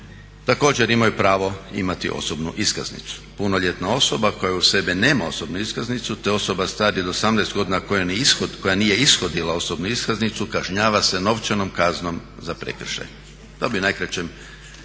također imaju pravo imati osobnu iskaznicu. Punoljetna osoba koja uz sebe nama osobnu iskaznicu, te osoba starija od 18 godina koja nije ishodila osobnu iskaznicu kažnjava se novčanom kaznom za prekršaj. To bi najkraće